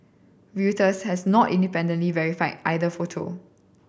reuters has not independently verified either photo